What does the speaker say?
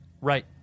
Right